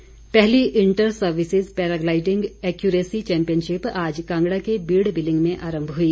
paragliding पहली inter services paragliding accuracy championship आज कांगड़ा के बीड बिलिंग में आरम्म हुई